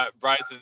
Bryce